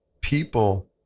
people